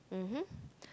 mmhmm